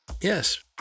Yes